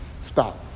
stop